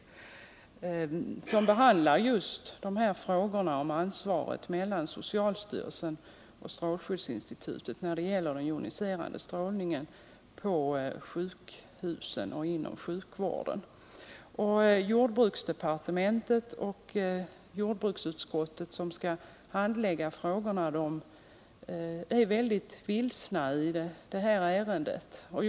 Motionen behandlar frågan om ansvaret mellan socialstyrelsen och strålskyddsinstitutet när det gäller den joniserande strålningen på sjukhusen och inom sjukvården över huvud taget. På jordbruksdepartementet och inom jordbruksutskottet, som skall handlägga dessa frågor, är man väldigt vilsen när det gäller detta ärende.